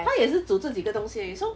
他也是煮这几个东西而已 so